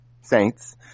Saints